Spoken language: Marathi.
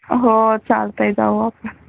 हो चालतं आहे जाऊ आपण